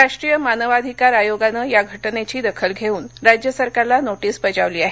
राष्ट्रीय मानवाधिकार आयोगानं या घटनेची दखल घेऊन राज्य सरकारला नोटिस बजावली आहे